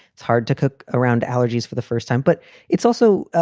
it's hard to cook around allergies for the first time. but it's also,